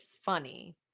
funny